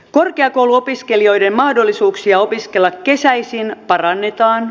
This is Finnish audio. korkeakouluopiskelijoiden mahdollisuuksia opiskella kesäisin parannetaan